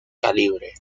calibre